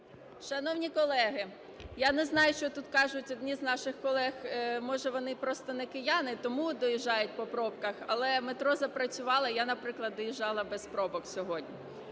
Шановні колеги, я не знаю, що тут кажуть одні з наших колег, може, вони просто не кияни, тому доїжджають по пробках, але метро запрацювало. Я, наприклад, доїжджала без пробок сьогодні.